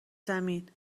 زمین